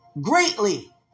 Greatly